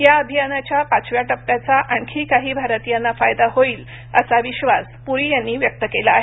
या अभियानाच्या पाचव्या टप्प्याचा आणखी काही भारतीयांना फायदा होईल असा विश्वास पुरी यांनी व्यक्त केला आहे